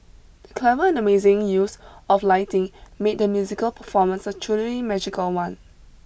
the clever and amazing use of lighting made the musical performance a truly magical one